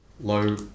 Low